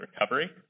recovery